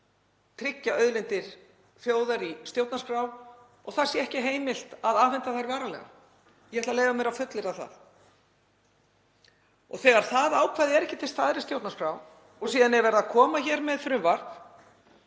tryggja auðlindir þjóðar í stjórnarskrá og það sé ekki heimilt að afhenda þær varanlega. Ég ætla að leyfa mér að fullyrða það. Og þegar það ákvæði er ekki til staðar í stjórnarskrá og síðan er verið að koma hér með frumvarp